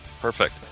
Perfect